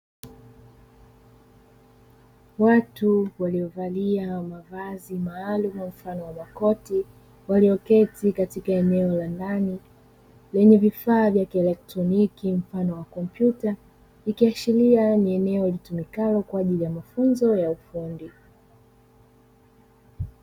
Watu waliovalia mavazi maalumu mfano wa makoti, walioketi katika eneo la ndani lenye vifaa vya kielektroniki mfano wa kompyuta, ikiashiria ni eneo litumikalo kwa ajili ya mafunzo ya ufundi.